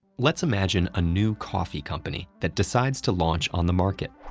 let's imagine a new coffee company that decides to launch on the market.